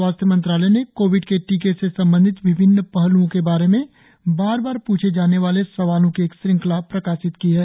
स्वास्थ्य मंत्रालय ने कोविड के टीके से संबंधित विभिन्न पहलुओं के बारे में बार बार प्रछे जाने वाले सवालों की एक श्रंखला प्रकाशित की है